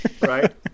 right